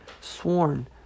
sworn